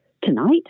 tonight